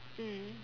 mm